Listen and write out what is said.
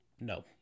No